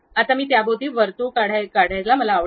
आता मी त्याभोवती वर्तुळ काढायला आवडेल